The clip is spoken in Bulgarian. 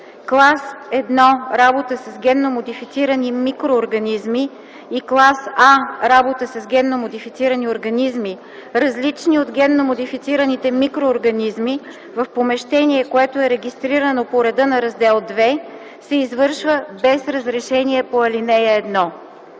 Клас 1 работа с генно модифицирани микроорганизми и клас А работа с генно модифицирани организми, различни от генно модифицираните микроорганизми, в помещение, което е регистрирано по реда на Раздел ІІ, се извършва без разрешение по ал. 1.